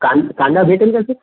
कां कांदा भेटेल का सर